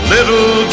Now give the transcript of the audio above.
Little